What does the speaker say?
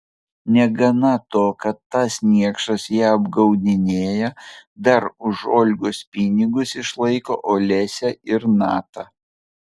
negana to kad tas niekšas ją apgaudinėja dar už olgos pinigus išlaiko olesią ir natą